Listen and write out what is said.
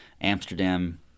Amsterdam